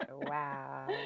Wow